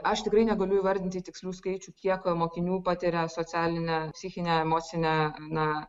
aš tikrai negaliu įvardinti tikslių skaičių kiek mokinių patiria socialinę psichinę emocinę na